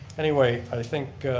anyway i think